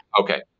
Okay